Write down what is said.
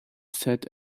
sat